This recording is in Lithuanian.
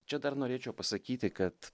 čia dar norėčiau pasakyti kad